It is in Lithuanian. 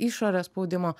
išorės spaudimo